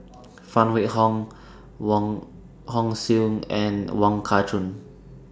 Phan Wait Hong Wong Hong Suen and Wong Kah Chun